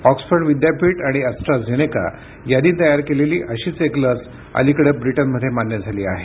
Oxford विद्यापीठ आणि AstraZeneca यांनी तयार केलेली अशीच एक लस अलिकडे ब्रिटनमध्ये मान्य झाली आहे